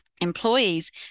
employees